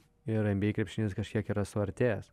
ir nba krepšinis kažkiek yra suartėjęs